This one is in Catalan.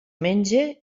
menge